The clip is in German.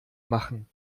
machen